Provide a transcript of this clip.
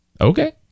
Okay